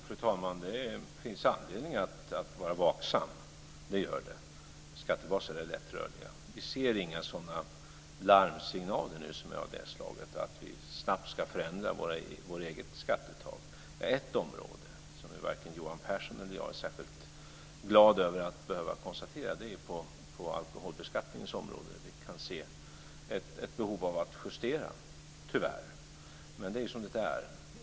Fru talman! Det finns anledning att vara vaksam. Skattebaserna är lättrörliga. Vi hör just nu inga larmsignaler som innebär att vi snabbt ska förändra vårt eget skattetak. Ett område där varken Johan Pehrson eller jag är särskilt glada över utvecklingen är alkoholbeskattningen. Vi kan tyvärr se ett behov av att justera den, men det är som det är.